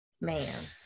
man